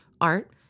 art